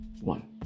One